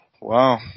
Wow